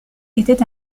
était